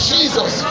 Jesus